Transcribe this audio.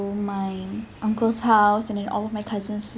my uncle's house and then all of my cousins